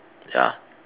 ya